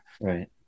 Right